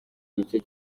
gice